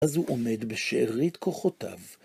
אז הוא עומד בשארית כוחותיו.